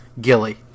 Gilly